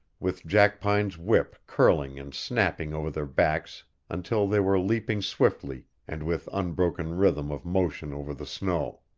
with jackpine's whip curling and snapping over their backs until they were leaping swiftly and with unbroken rhythm of motion over the snow.